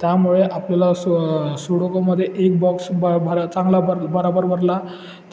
त्यामुळे आपल्याला सु सुडकोमध्ये एक बॉक्स ब भरा चांगला बर बरोबर भरला